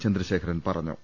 ചന്ദ്രശേഖരൻ പറഞ്ഞു